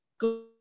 go